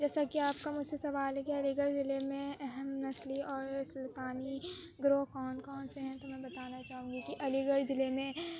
جیسا کہ آپ کا مجھ سے سوال ہے کہ علی گڑھ ضلع میں اہم نسلی اور لسانی گروہ کون کون سے ہیں تو میں بتانا چاہوں گی کہ علی گڑھ ضلع میں